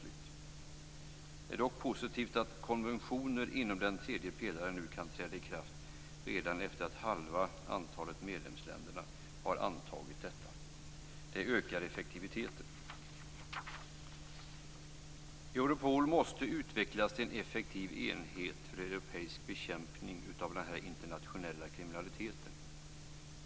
Det är dock positivt att konventioner inom den tredje pelaren nu kan träda kraft redan efter att halva antalet medlemsländer har antagit detta. Det ökar effektiviteten. Europol måste utvecklas till en effektiv enhet för europeisk bekämpning av den internationella kriminaliteten.